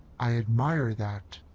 i admire that.